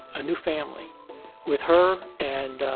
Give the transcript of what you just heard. a new family with her and, ah,